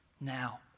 now